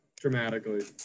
dramatically